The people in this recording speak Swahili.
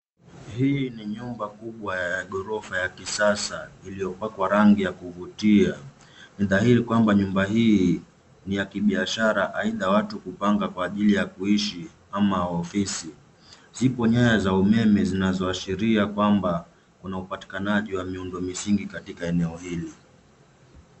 Hii ni nyumba kubwa ya gorofa ya kisasa iliyopakwa rangi ya kuvutia. Ni dhahiri kwamba nyumba hii ni ya kibiashara aidha watu kupanga kwa ajili ya kuishi ama ofisi. Zipo nyaya za umeme zinazoashiria kwamba kuna upatikanaji wa miundo misingi katika enoe hili.